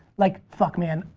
like, fuck, man,